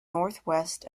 northwest